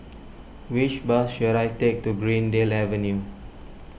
which bus should I take to Greendale Avenue